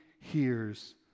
hears